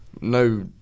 no